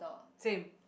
same